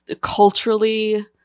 culturally